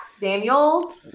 Daniels